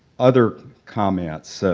other comments, so